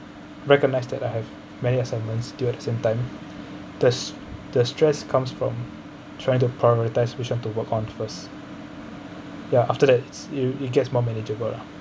recognize that I have many assignments due at the time the the stress comes from trying to prioritize which one to work on first ya after that it it gets more manageable lah